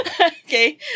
Okay